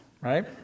right